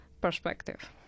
perspective